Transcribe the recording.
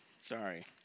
sorry